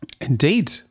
Indeed